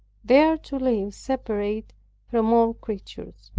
there to live separate from all creatures.